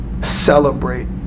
celebrate